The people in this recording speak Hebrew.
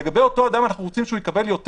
לגבי אותו אדם אנחנו רוצים שהוא יקבל יותר,